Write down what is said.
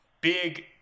big